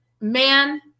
man